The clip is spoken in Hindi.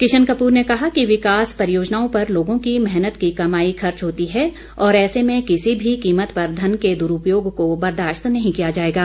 किशन कपूर ने कहा कि विकास परियोजनाओं पर लोगों की मेहनत की कमाई खर्च होती है और ऐसे में किसी भी कीमत पर धन के द्ररूपयोग को बर्दाश्त नहीं किया जाएगा